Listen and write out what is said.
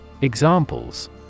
Examples